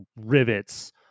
rivets